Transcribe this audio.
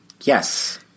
Yes